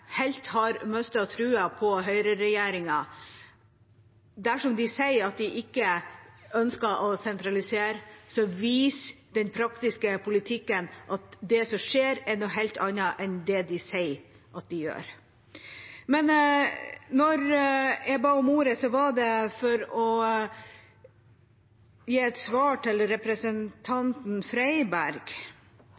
helt har mistet troen på høyreregjeringa. Der som de sier at de ikke ønsker å sentralisere, viser den praktiske politikken at det som skjer, er noe helt annet enn det de sier at de gjør. Når jeg ba om ordet, var det for å gi et svar til